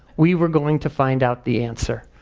we were going to find out the answer.